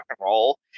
roll